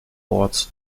boards